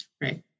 Right